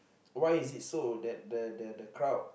why is it so that the the the crowd